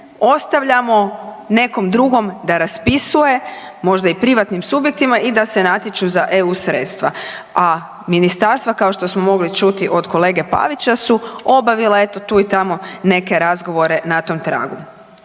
ostavljamo nekom drugom da raspisuje, možda i privatnim subjektima i da se natječu za eu sredstva. A ministarstva kao što smo mogli čuti od kolege Pavića su obavila eto tu i tamo neke razgovore na tom tragu.